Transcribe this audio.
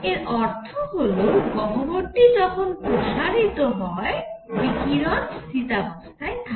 এর অর্থ হল গহ্বরটি যখন প্রসারিত হয় বিকিরণ স্থিতাবস্থায় থাকে